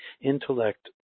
intellect